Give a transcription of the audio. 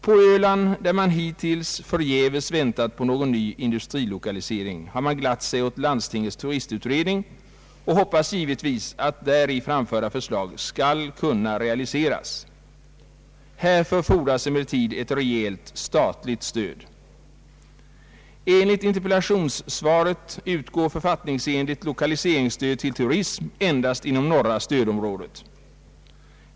På Öland, där man hittills förgäves väntat på någon ny industrilokalisering, har man glatt sig åt landstingets turistutredning och hoppas givetvis att däri framförda förslag skall kunna realiseras. Härför fordras emellertid ett rejält statligt stöd. Enligt interpellationssvaret utgår författningsenligt lokaliseringsstöd till turism endast inom norra stödområdet.